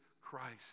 Christ